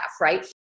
right